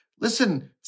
Listen